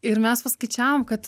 ir mes paskaičiavom kad